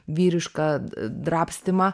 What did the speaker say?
vyrišką drabstymą